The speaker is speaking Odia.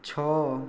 ଛଅ